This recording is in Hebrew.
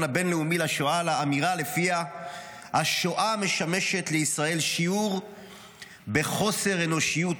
הבין-לאומי לשואה לאמירה שלפיה השואה משמשת לישראל שיעור בחוסר אנושיות,